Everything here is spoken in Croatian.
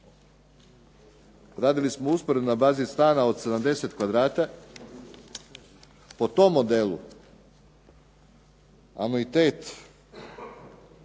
radili smo i usporedbu na bazi stana od 70 kvadrata. Po tom modelu anuitet